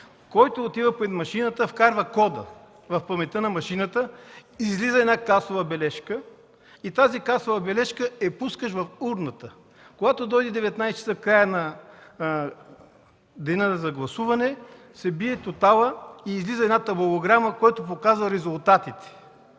Който отива пред машината вкарва кода в паметта на машината, излиза касова бележка и тази касова бележка я пускаш в урната. Когато дойде краят на изборния ден – 19,00 ч., бие се тоталът и излиза една табулограма, която показва резултатите